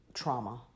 trauma